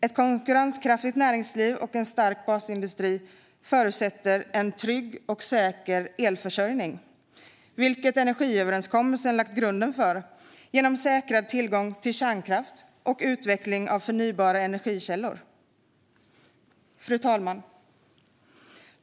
Ett konkurrenskraftigt näringsliv och en stark basindustri förutsätter en trygg och säker elförsörjning, vilket energiöverenskommelsen har lagt grunden för genom säkrad tillgång till kärnkraft och utveckling av förnybara energikällor. Fru talman!